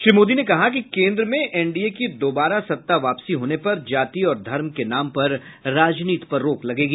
श्री मोदी ने कहा कि केन्द्र में एनडीए की दोबारा सत्ता वापसी होने पर जाति और धर्म के नाम पर राजनीति पर रोक लगेगी